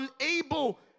unable